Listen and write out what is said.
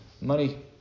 Money